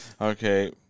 Okay